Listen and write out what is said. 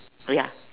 ya